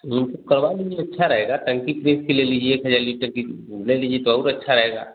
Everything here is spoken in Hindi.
वो सब करवा लीजिए अच्छा रहेगा टंकी खरीद के ले लीजिए एक हज़ार लीटर की ले लीजिए तो और अच्छा रहेगा